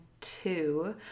two